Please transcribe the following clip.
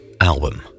album